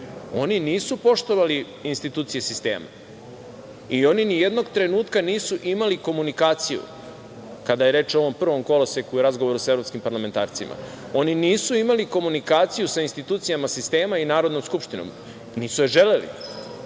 oni nisu poštovali institucije sistema i oni nijednog trenutka nisu imali komunikaciju kada je reč o ovom prvom koloseku i razgovoru sa evropskim parlamentarcima, oni nisu imali komunikaciju sa institucijama sistema i Narodnom skupštinom, nisu je želeli. Oni